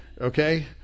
Okay